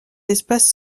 espace